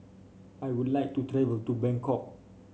I would like to travel to Bangkok